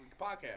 podcast